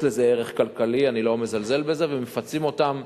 יש לזה ערך כלכלי, אני לא מזלזל בזה, ומפצים אותם